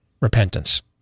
repentance